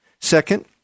Second